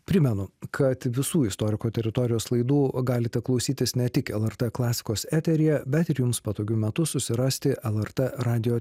primenu kad visų istoriko teritorijos laidų galite klausytis ne tik lrt klasikos eteryje bet ir jums patogiu metu susirasti lrt radijo